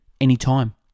anytime